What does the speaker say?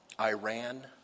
Iran